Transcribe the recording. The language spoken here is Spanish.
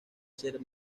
ser